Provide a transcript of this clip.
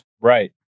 Right